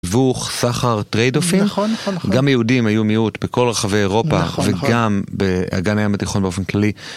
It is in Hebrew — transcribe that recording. דיווח סחר טריידופין, גם יהודים היו מיעוט בכל רחבי אירופה וגם באגן הים התיכון באופן כללי